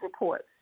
reports